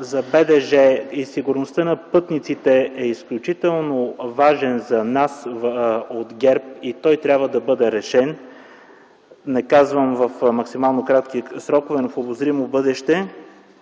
за БДЖ и сигурността на пътниците е изключително важен за нас от ГЕРБ. Той трябва да бъде решен, не казвам в максимално кратки срокове, но в обозримо бъдеще.